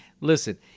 Listen